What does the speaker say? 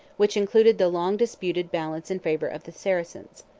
which inclined the long-disputed balance in favor of the saracens.